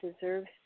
deserves